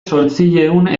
zortziehun